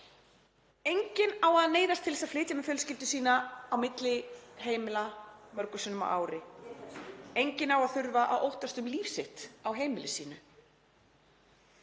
Enginn á að neyðast til að flytja með fjölskyldu sína á milli heimila mörgum sinnum á ári. Enginn á að þurfa að óttast um líf sitt á heimili sínu.